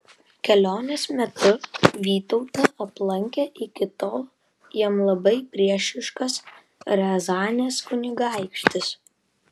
kelionės metu vytautą aplankė iki tol jam labai priešiškas riazanės kunigaikštis